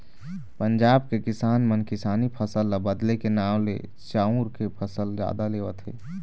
पंजाब के किसान मन किसानी फसल ल बदले के नांव ले चाँउर के फसल जादा लेवत हे